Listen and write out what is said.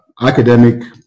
academic